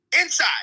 Inside